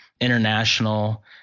international